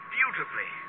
Beautifully